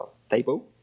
stable